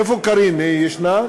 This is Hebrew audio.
איפה קארין, היא ישנה?